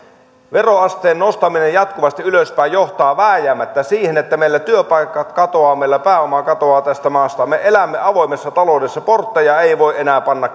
veroasteen nostaminen jatkuvasti ylöspäin johtaa vääjäämättä siihen että meillä työpaikat katoavat meillä pääoma katoaa tästä maasta me elämme avoimessa taloudessa portteja ei voi enää panna